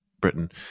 Britain